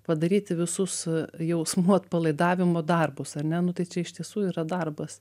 padaryti visus jausmų atpalaidavimo darbus ar ne nu tai čia iš tiesų yra darbas